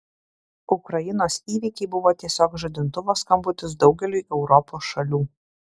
ukrainos įvykiai buvo tiesiog žadintuvo skambutis daugeliui europos šalių